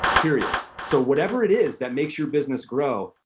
period. so whatever it is that makes your business grow,